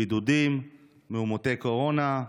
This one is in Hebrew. בידודים, מאומתי קורונה,